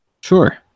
Sure